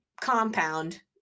compound